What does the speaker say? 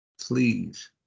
please